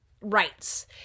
rights